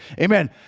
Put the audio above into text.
Amen